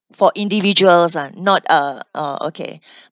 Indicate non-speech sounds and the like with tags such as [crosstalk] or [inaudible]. for individuals ah not uh oh okay [breath]